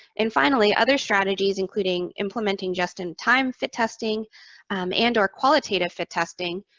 and finally, other strategies including implementing just in time fit testing and or qualitative fit testing,